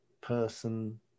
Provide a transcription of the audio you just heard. person